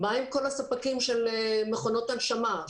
מה עם כל הספקים של מכונות הנשמה,